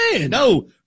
No